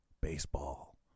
baseball